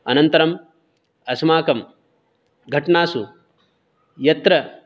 अनन्तरं अस्माकं घटनासु यत्र